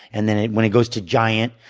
and then when it goes to giant,